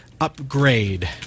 upgrade